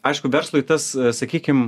aišku verslui tas sakykim